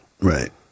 right